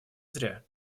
зря